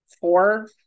four